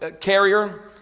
carrier